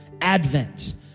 Advent